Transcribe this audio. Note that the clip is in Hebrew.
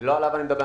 לא עליו אני מדבר,